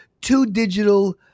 two-digital